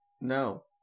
No